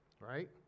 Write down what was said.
right